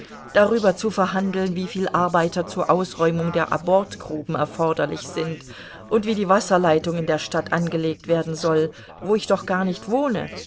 darüber zu verhandeln wieviel arbeiter zur ausräumung der abortgruben erforderlich sind und wie die wasserleitung in der stadt angelegt werden soll wo ich doch gar nicht wohne